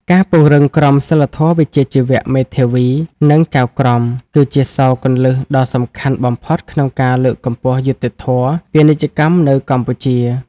ការពង្រឹងក្រមសីលធម៌វិជ្ជាជីវៈមេធាវី និងចៅក្រម គឺជាសោរគន្លឹះដ៏សំខាន់បំផុតក្នុងការលើកកម្ពស់យុត្តិធម៌ពាណិជ្ជកម្មនៅកម្ពុជា។